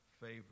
favor